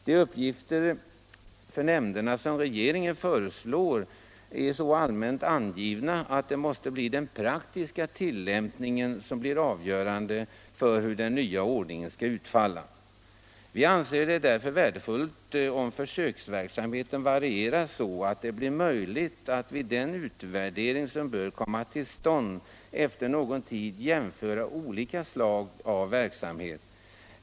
De uppgifter för nämnderna som regeringen föreslår är så allmänt angivna att den praktiska tillämpningen måste bli avgörande för hur den nya ordningen skall utfalla. Vi anser det därför värdefullt om försöksverksamheten varieras så att det blir möjligt, vid den utvärdering som bör komma till stånd efter någon tid, att jämföra olika slag av verksamhet.